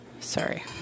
Sorry